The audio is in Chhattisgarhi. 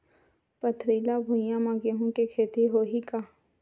पथरिला भुइयां म गेहूं के खेती होही का?